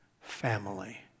Family